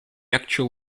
actual